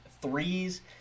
threes